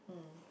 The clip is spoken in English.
mm